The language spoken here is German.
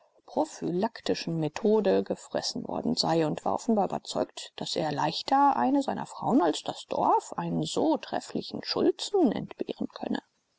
prophylaktischen methode gefressen worden sei und war offenbar überzeugt daß er leichter eine seiner frauen als das dorf einen so trefflichen schulzen entbehren könne